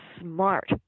smart